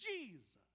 Jesus